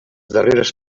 darreres